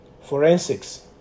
Forensics